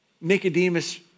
Nicodemus